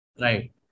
Right